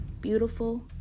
beautiful